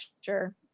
sure